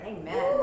Amen